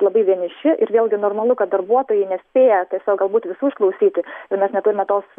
labai vieniši ir vėlgi normalu kad darbuotojai nespėja tiesiog galbūt visų išklausyti ir mes neturime tos